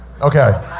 Okay